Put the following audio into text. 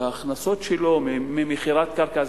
שההכנסות שלו ממכירת קרקע,